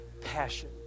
Passion